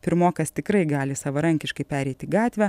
pirmokas tikrai gali savarankiškai pereiti gatvę